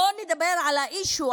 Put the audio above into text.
בואו נדבר על ה-issue,